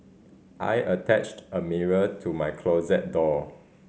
I attached a mirror to my closet door